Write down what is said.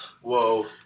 Whoa